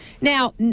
Now